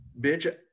Bitch